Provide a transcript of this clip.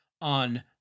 on